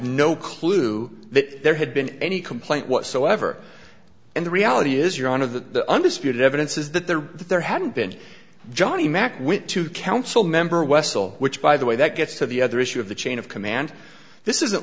no clue that there had been any complaint whatsoever and the reality is you're one of the undisputed evidence is that there that there hadn't been johnny mack went to council member wessel which by the way that gets to the other issue of the chain of command this is